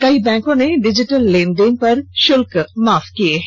कई बैंकों ने डिजिटल लेन देन पर शुल्क माफ किए हैं